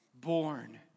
Born